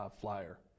flyer